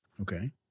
Okay